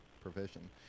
provision